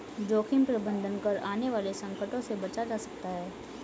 जोखिम प्रबंधन कर आने वाले संकटों से बचा जा सकता है